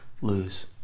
lose